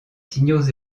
signaux